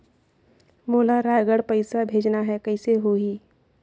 मोला रायगढ़ पइसा भेजना हैं, कइसे होही?